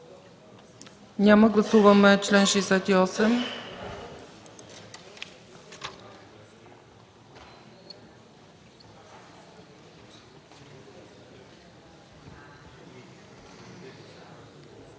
Няма. Гласуваме чл. 68.